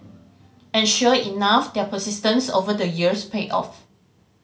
and sure enough their persistence over the years paid off